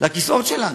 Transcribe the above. לכיסאות שלנו.